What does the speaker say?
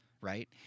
right